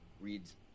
reads